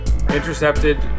Intercepted